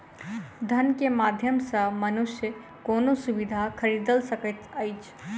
धन के माध्यम सॅ मनुष्य कोनो सुविधा खरीदल सकैत अछि